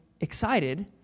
excited